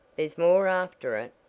there's more after it,